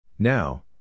Now